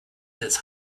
this